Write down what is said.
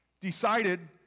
decided